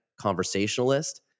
conversationalist